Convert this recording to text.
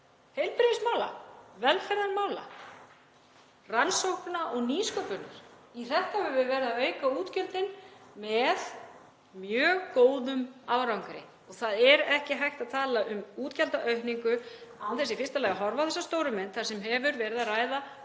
heilbrigðismála, velferðarmála, rannsókna og nýsköpunar. Í þetta höfum við verið að auka útgjöldin með mjög góðum árangri. Það er ekki hægt að tala um útgjaldaaukningu án þess í fyrsta lagi að horfa á þessa stóru mynd þar sem hefur verið um að ræða